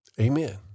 Amen